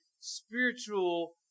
spiritual